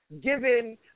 given